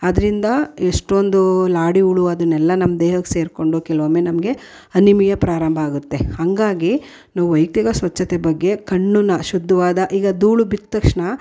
ಅದರಿಂದ ಎಷ್ಟೊಂದು ಲಾಡಿ ಹುಳು ಅದನ್ನೆಲ್ಲ ನಮ್ಮ ದೇಹಕ್ಕೆ ಸೇರಿಕೊಂಡು ಕೆಲವೊಮ್ಮೆ ನಮಗೆ ಅನಿಮಿಯ ಪ್ರಾರಂಭ ಆಗುತ್ತೆ ಹಾಗಾಗಿ ನಾವು ವೈಯಕ್ತಿಕ ಸ್ವಚ್ಛತೆ ಬಗ್ಗೆ ಕಣ್ಣನ್ನ ಶುದ್ಧವಾದ ಈಗ ಧೂಳು ಬಿದ್ದ ತಕ್ಷಣ